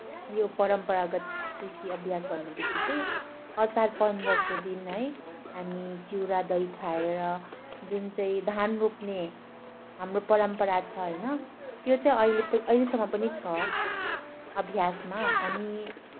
यो परम्परागत कृषि अभ्यास भन्नेबित्तिकै असार पन्ध्रको दिन है हामी चिउरा दही खाएर जुन चाहिँ धान रोप्ने हाम्रो परम्परा छ होइन त्यो चाहिँ अहिले पनि अहिलेसम्म पनि छ आभ्यासमा अनि